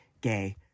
gay